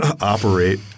operate